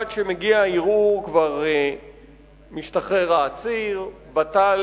עד שמגיע הערעור כבר העציר משתחרר,